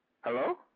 Hello